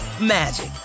magic